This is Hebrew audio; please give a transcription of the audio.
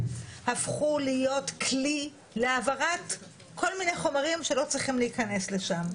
הפכו להיות כלי להעברת כל מיני חומרים שלא צריכים להיכנס לשם.